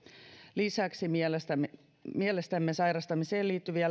lisäksi mielestämme mielestämme sairastamiseen liittyvien